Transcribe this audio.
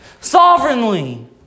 sovereignly